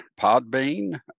Podbean